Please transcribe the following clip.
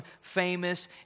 famous